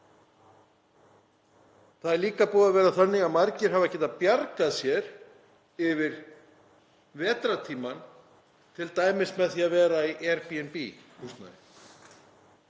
Það er líka búið að vera þannig að margir hafa getað bjargað sér yfir vetrartímann, t.d. með því að vera í